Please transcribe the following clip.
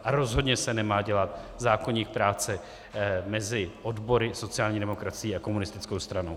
A rozhodně se nemá dělat zákoník práce mezi odbory, sociální demokracií a komunistickou stranou.